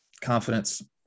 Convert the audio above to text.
confidence